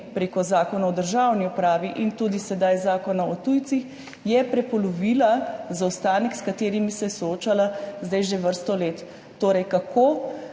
prek Zakona o državni upravi in tudi sedaj Zakona o tujcih prepolovila zaostanek, s katerim se je soočala že vrsto let. Kako